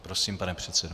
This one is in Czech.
Prosím, pane předsedo.